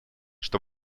что